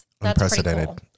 Unprecedented